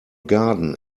garden